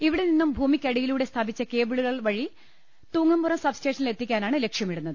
ഇവിടെ നിന്നും ഭൂമിക്കടിയിലൂടെ സ്ഥാപിച്ച കേബിളുകൾ വഴി തൂങ്ങംപുറം സബ്സ് റ്റേഷനിലെത്തിക്കാനാണ് ലക്ഷ്യമിടുന്നത്